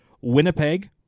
Winnipeg